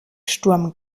sturm